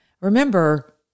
Remember